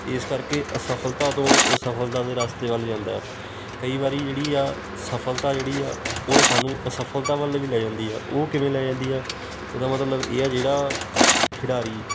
ਇਸ ਕਰਕੇ ਅਸਫਲਤਾ ਤੋਂ ਉਹ ਸਫਲਤਾ ਦੇ ਰਾਸਤੇ ਵੱਲ ਜਾਂਦਾ ਕਈ ਵਾਰ ਜਿਹੜੀ ਆ ਸਫਲਤਾ ਜਿਹੜੀ ਆ ਉਹ ਸਾਨੂੰ ਅਸਫਲਤਾ ਵੱਲ ਵੀ ਲੈ ਜਾਂਦੀ ਆ ਉਹ ਕਿਵੇਂ ਲੈ ਜਾਂਦੀ ਆ ਉਹਦਾ ਮਤਲਬ ਇਹ ਆ ਜਿਹੜਾ ਖਿਡਾਰੀ